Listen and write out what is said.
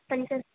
पञ्च